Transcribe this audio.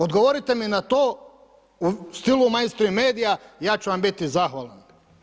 Odgovorite mi na to u stilu mein strim media, ja ću vam biti zahvalan.